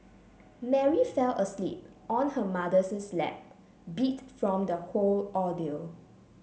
Mary fell asleep on her mother's lap beat from the whole ordeal